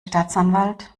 staatsanwalt